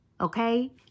Okay